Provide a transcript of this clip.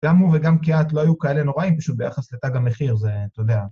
גם הוא וגם קיאט לא היו כאלה נוראים, פשוט ביחס לתג המחיר זה, אתה יודע.